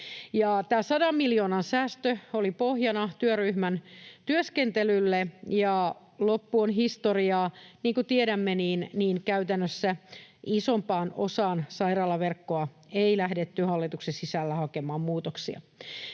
100 miljoonan säästö oli pohjana työryhmän työskentelylle, ja loppu on historiaa. Niin kuin tiedämme, käytännössä isompaan osaan sairaalaverkkoa ei lähdetty hallituksen sisällä hakemaan muutoksia.